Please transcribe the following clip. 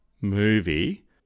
movie